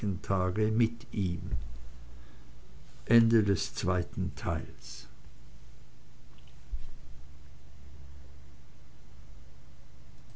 tage mit ihm